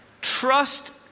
Trust